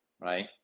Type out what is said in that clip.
right